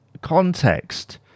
context